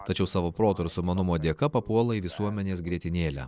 tačiau savo proto ir sumanumo dėka papuola į visuomenės grietinėlę